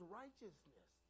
righteousness